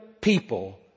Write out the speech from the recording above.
people